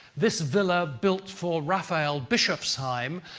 this villa built for raphael bischoffsheim,